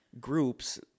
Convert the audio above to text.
groups